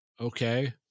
okay